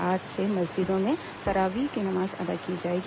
आज से मस्जिदों में तरावीह की नमाज अदा की जाएगी